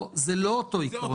לא, זה לא אותו עיקרון.